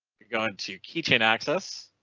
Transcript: going to key chain access.